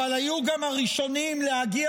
אבל היו גם הראשונים להגיע